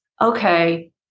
okay